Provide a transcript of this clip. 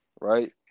Right